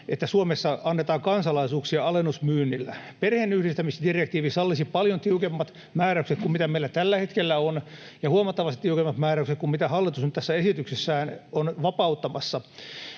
että Suomessa annetaan kansalaisuuksia alennusmyynnillä. Perheenyhdistämisdirektiivi sallisi paljon tiukemmat määräykset kuin mitä meillä tällä hetkellä on ja huomattavasti tiukemmat määräykset kuin mitä hallitus nyt tässä esityksessään on vapauttamassa.